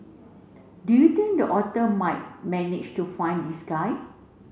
do you think the otter might manage to find these guy